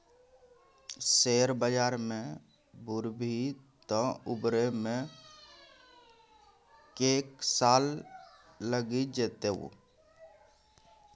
share बजार मे बुरभी तँ उबरै मे कैक साल लगि जेतौ